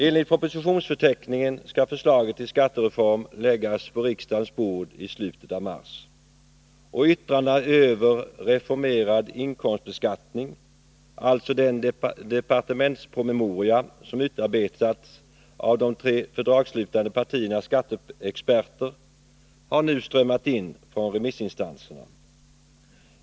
Enligt propositionsförteckningen skall förslaget till skattereform läggas på riksdagens bord i slutet av mars, och yttrandena över ”Reformerad inkomstbeskattning”, alltså den departementspromemoria som utarbetats av de tre fördragsslutande partiernas skatteexperter, har nu strömmat in från remissinstanserna.